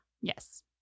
Yes